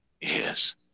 Yes